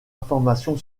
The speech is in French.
information